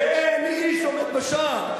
ואין מי שעומד בשער,